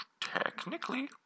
Technically